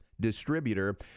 distributor